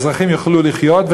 האזרחים יוכלו לחיות,